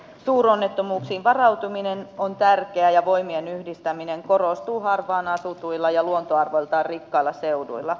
suuronnettomuuksiin varautuminen on tärkeää ja voimien yhdistäminen korostuu harvaan asutuilla ja luontoarvoiltaan rikkailla seuduilla